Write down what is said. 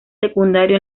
secundario